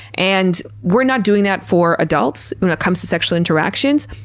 and we're not doing that for adults when it comes to sexual interactions.